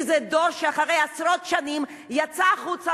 כי זה דור שאחרי עשרות שנים יצא החוצה,